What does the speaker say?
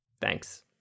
Thanks